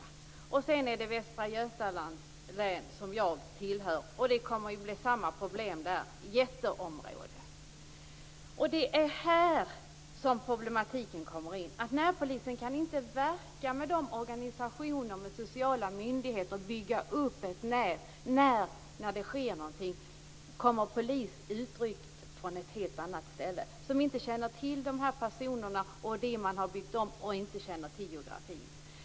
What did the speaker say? Det kommer att bli samma problem i Västra Götalands län, som jag tillhör. Det är ett jätteområde. Det är här som problematiken kommer in. Närpolisen kan inte verka med organisationer, med sociala myndigheter eller bygga upp ett nät. När det sker någonting rycker polis ut från ett helt annat ställe. De känner inte till de här personerna och det man har byggt upp, och de känner inte till geografin.